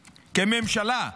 כממשלה,